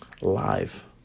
live